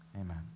Amen